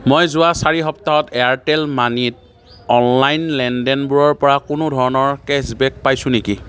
মই যোৱা চাৰি সপ্তাহত এয়াৰটেল মানিত অনলাইন লেনদেনবোৰৰ পৰা কোনো ধৰণৰ কেশ্ববেক পাইছোঁ নেকি